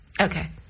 okay